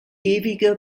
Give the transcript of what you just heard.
ewige